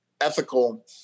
ethical